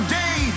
day